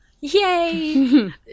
Yay